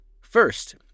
First